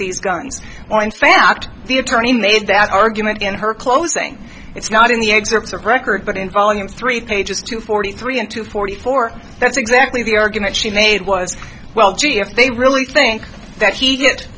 these guns or in fact the attorney made that argument in her closing it's not in the excerpts record but in volume three pages two forty three and two forty four that's exactly the argument she made was well gee if they really think that he'd get